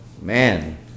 man